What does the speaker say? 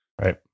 Right